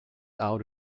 out